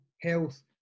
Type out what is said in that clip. health